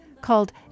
called